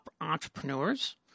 entrepreneurs